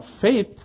faith